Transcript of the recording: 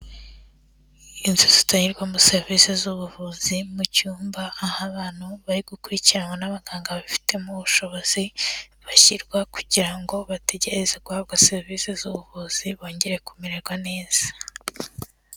Inzu zitangirwamo serivise z'ubuvuzi, mu cyumba aho abantu bari gukurikiranwa n'abaganga babifitemo ubushobozi bashyirwa kugira ngo bategereze guhabwa serivise z'ubuvuzi bongere kumererwa neza.